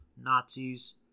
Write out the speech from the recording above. Nazis